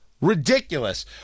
Ridiculous